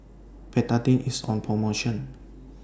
Betadine IS on promotion